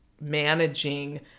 managing